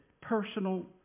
personal